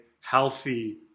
healthy